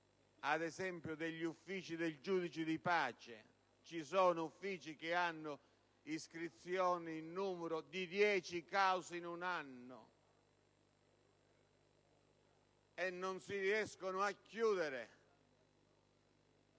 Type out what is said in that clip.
ad esempio degli uffici dei giudici di pace. Ci sono uffici che hanno iscrizioni in numero di dieci cause in un anno, e non si riescono a chiudere.